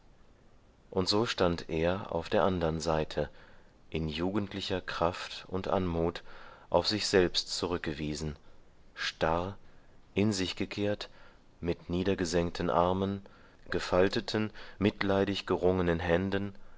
und so stand er auf der andern seite in jugendlicher kraft und anmut auf sich selbst zurückgewiesen starr in sich gekehrt mit niedergesenkten armen gefalteten mitleidig gerungenen händen